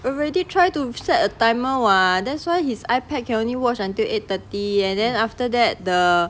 already try to set a timer [what] that's why his ipad can only watch until eight thirty and then after that the